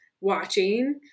watching